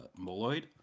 Moloid